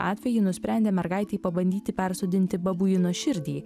atvejį nusprendė mergaitei pabandyti persodinti babuino širdį